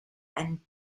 and